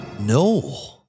No